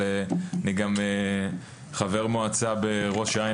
אני גם חבר מועצה בראש העין,